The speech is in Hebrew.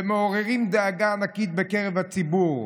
ומעוררים דאגה ענקית בקרב הציבור.